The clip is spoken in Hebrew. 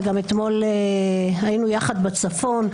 וגם אתמול היינו יחד בצפון,